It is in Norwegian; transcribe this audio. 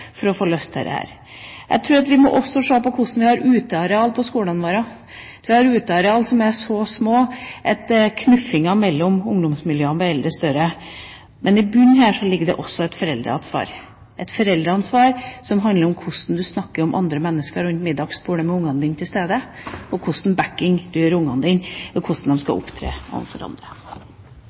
for å få løst dette. Jeg tror at vi også må se på utearealene på skolene våre, at vi ikke har utearealer som er så små at knuffingen mellom ungdomsmiljøene blir enda større. Men i bunnen her ligger det også et foreldreansvar – et foreldreansvar som handler om hvordan man snakker om andre mennesker rundt middagsbordet med barna sine til stede, og hvilken backing man gir barna sine med hensyn til hvordan de skal opptre overfor andre.